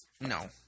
No